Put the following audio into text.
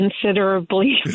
considerably